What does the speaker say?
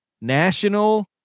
National